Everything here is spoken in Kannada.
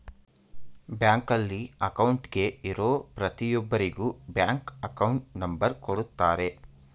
ಬ್ಯಾಂಕಲ್ಲಿ ಅಕೌಂಟ್ಗೆ ಇರೋ ಪ್ರತಿಯೊಬ್ಬರಿಗೂ ಬ್ಯಾಂಕ್ ಅಕೌಂಟ್ ನಂಬರ್ ಕೊಡುತ್ತಾರೆ